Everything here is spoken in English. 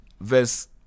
verse